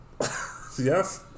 yes